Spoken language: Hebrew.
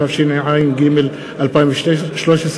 התשע"ג 2013,